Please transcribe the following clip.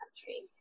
country